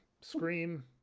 scream